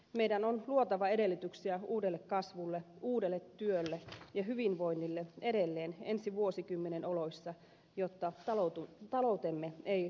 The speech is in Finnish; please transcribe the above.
meidän on luotava edellytyksiä uudelle kasvulle uudelle työlle ja hyvinvoinnille edelleen ensi vuosikymmenen oloissa jotta taloutemme ei rapautuisi